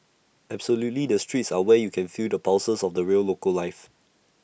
absolutely the streets are where you can feel the pulses of the real local life